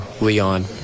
leon